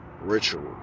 ritual